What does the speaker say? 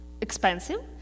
expensive